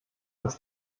dass